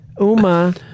Uma